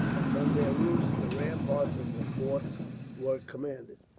and from their roofs the ramparts of the forts were commanded.